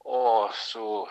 o su